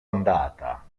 andata